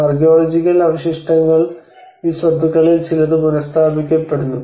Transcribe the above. archaeological അവശിഷ്ടങ്ങൾ ഈ സ്വത്തുക്കളിൽ ചിലത് പുനഃസ്ഥാപിക്കപ്പെടുന്നു